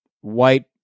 white